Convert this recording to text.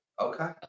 Okay